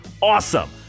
awesome